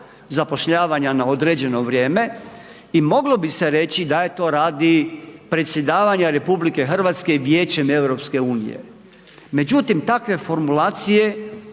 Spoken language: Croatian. zapošljavanja na određeno vrijeme i mogli bi se reći da je to radi predsjedavanja RH Vijećem EU. Međutim, takve formulacije